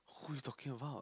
who you talking about